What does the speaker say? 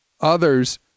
others